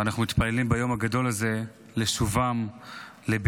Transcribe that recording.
ואנחנו מתפללים ביום הגדול הזה לשובם לביתם,